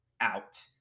out